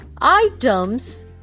items